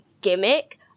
gimmick